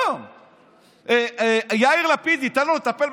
ומראים כאן איזה חישוב דמי לידה שייתנו יותר.